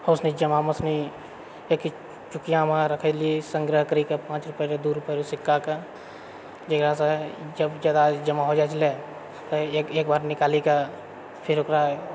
एक चुकियामे रखैत रहियै सङ्ग्रह करिके पाँच रूपआ के दू रूपआ रऽ सिक्काके जेकरासँ जब जादा जमा हो जाइत छलै तऽ एकबार निकालिके फेर ओकरा